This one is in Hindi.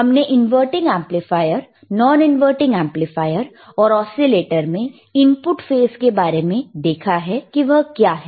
हमने inverting amplifier non inverting amplifier और ओसीलेटर में इनपुट फेस के बारे में देखा है कि वह क्या है